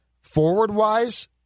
forward-wise